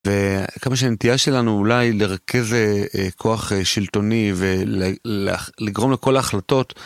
וכמה שהנטייה שלנו אולי לרכז כוח שלטוני ולגרום לכל ההחלטות